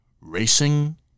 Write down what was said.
Racing